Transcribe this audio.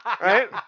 Right